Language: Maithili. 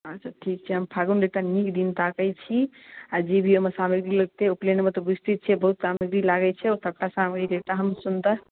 अच्छा ठीक छै हम फागुनमे कनी नीक दिन ताकै छी आ जे भी ओहिमे सामग्री लगतै उपनयनमे तऽ बुझिते छियै बहुत सामग्री लागै छै ओ सभटा सामग्रीके एकटा हम सुन्दर